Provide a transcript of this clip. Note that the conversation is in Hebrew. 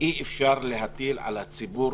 שאי אפשר להטיל על הציבור